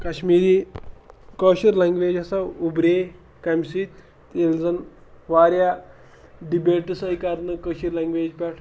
Kashmiri Koshur language ہَسا اوٚبرے کَمہِ سۭتۍ تہٕ ییٚلہِ زَن وارِیاہ ڈِبیٚٹس آے کَرنہٕ کٲشِر لنٛگویج پٮ۪ٹھ